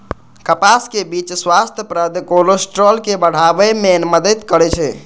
कपासक बीच स्वास्थ्यप्रद कोलेस्ट्रॉल के बढ़ाबै मे मदति करै छै